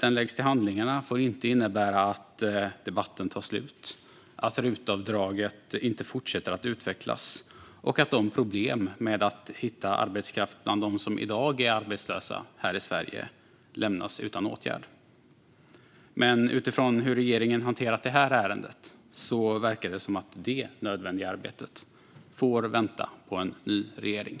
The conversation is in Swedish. den läggs till handlingarna får dock inte innebära att debatten tar slut, att RUT-avdraget inte fortsätter att utvecklas och att problemen med att hitta arbetskraft bland dem som i dag är arbetslösa här i Sverige lämnas utan åtgärd. Men utifrån hur regeringen hanterat det här ärendet verkar det som att detta nödvändiga arbete får vänta på en ny regering.